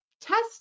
test